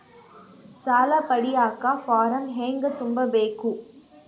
ಸಾಲ ಪಡಿಯಕ ಫಾರಂ ಹೆಂಗ ತುಂಬಬೇಕು?